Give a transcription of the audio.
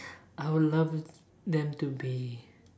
I would love them to be